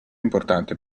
importante